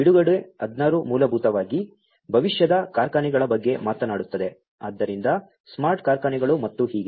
ಬಿಡುಗಡೆ 16 ಮೂಲಭೂತವಾಗಿ ಭವಿಷ್ಯದ ಕಾರ್ಖಾನೆಗಳ ಬಗ್ಗೆ ಮಾತನಾಡುತ್ತದೆ ಆದ್ದರಿಂದ ಸ್ಮಾರ್ಟ್ ಕಾರ್ಖಾನೆಗಳು ಮತ್ತು ಹೀಗೆ